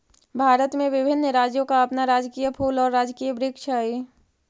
भारत में विभिन्न राज्यों का अपना राजकीय फूल और राजकीय वृक्ष हई